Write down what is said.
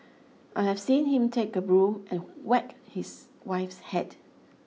I have seen him take a broom and whack his wife's head